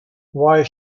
why